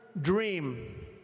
dream